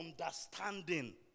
understanding